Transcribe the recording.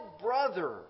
brother